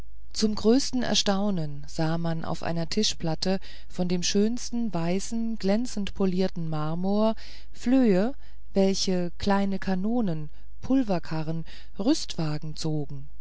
zum größten erstaunen sah man auf einer tischplatte von dem schönsten weißen glänzend polierten marmor flöhe welche kleine kanonen pulverkarren rüstwagen zogen